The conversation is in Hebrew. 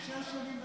שש שנים בצבא.